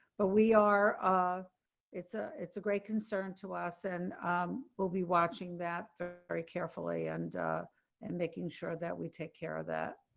but we are, it's a it's a it's a great concern to us and we'll be watching that very carefully and and making sure that we take care of that.